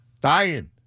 Dying